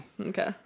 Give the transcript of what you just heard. Okay